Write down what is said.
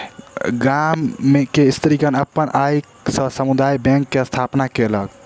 गाम के स्त्रीगण अपन आय से समुदाय बैंक के स्थापना केलक